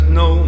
no